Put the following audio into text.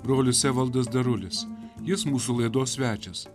brolis evaldas darulis jis mūsų laidos svečias